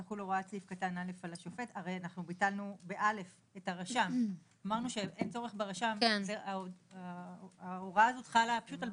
אז כמובן שאין טעם להתלות את הרישיון לפי ההסדר הנוכחי.